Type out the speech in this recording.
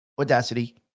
Audacity